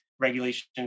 regulation